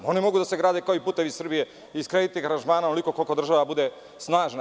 One mogu da se grade kao i putevi Srbije, iz kreditnih aranžmana, onoliko koliko država bude snažna.